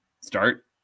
start